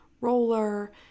roller